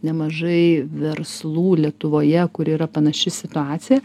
nemažai verslų lietuvoje kur yra panaši situacija